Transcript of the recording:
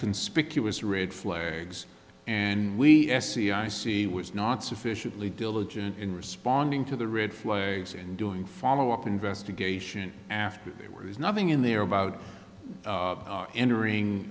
conspicuous ridge flare igs and we se i see was not sufficiently diligent in responding to the red flags in doing follow up investigation after they were there's nothing in there about entering